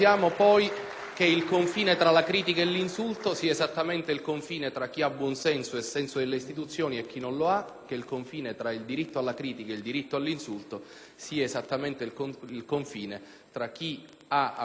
che il confine tra la critica e l'insulto sia esattamente il confine tra chi ha buon senso e senso delle istituzioni e chi non lo ha e che il confine tra il diritto alla critica e il diritto all'insulto sia esattamente il confine tra chi ha a cuore